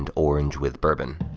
and orange with bourbon.